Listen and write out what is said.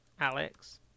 Alex